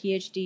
PhD